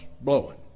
blowing